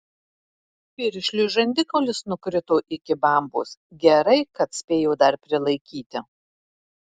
piršliui žandikaulis nukrito iki bambos gerai kad spėjo dar prilaikyti